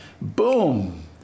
Boom